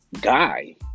Guy